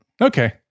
Okay